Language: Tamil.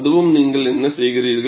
அதுவும் நீங்கள் என்ன செய்கிறீர்கள்